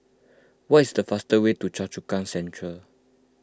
what is the fastest way to Choa Chu Kang Central